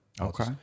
Okay